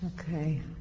Okay